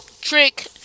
trick